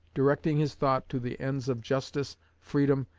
directing his thought to the ends of justice, freedom,